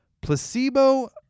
placebo